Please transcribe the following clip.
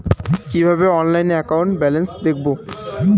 কিভাবে অনলাইনে account balance দেখবো?